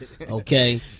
okay